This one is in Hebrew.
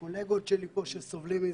הקולגות שלי פה סובלים מזה.